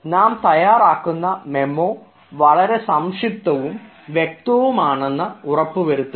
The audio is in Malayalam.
നാം തയ്യാറാക്കുന്ന മെമ്മോ വളരെ സംക്ഷിപ്തവും വ്യക്തമാണെന്ന് ഉറപ്പുവരുത്തുക